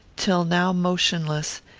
till now motionless,